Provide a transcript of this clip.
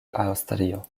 aŭstrio